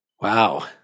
Wow